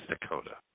Dakota